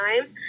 time